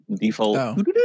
default